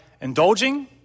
indulging